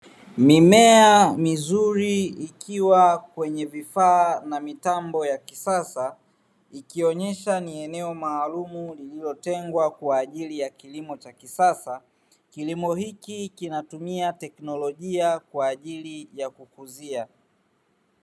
Mimea mizuri ikiwa kwenye vifaa na mitambo ya kisasa ikionyesha ni eneo maalum lililotengwa kwaajili ya kilimo cha kisasa. Kilimo hiki kinatumia teknolojia kwaajili ya kukuzia.